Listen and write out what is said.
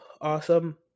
awesome